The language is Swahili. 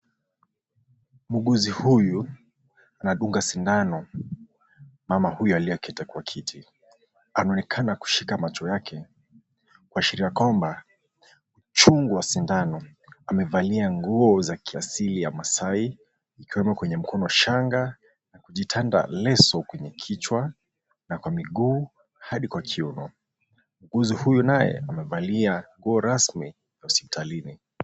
Muuguzi huyu anadunga sindano mama huyu aliyekita kwa kiti. Anaonekana kushika macho yake kuashiria kwamba uchungu wa sindano. Amevalia nguo za kiasili ya Masai, ni kama kwenye mkono shanga na kujitanda leso kwenye kichwa, na kwa miguu hadi kwa kiuno. Muuguzi huyu naye amevalia nguo rasmi ya hospitalini.